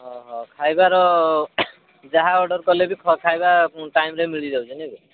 ଅ ହ ଖାଇବାର ଯାହା ଅର୍ଡ଼ର୍ କଲେ ବି ଖାଇବା ଟାଇମ୍ରେ ମିଳିଯାଉଛି ନାଇଁ କି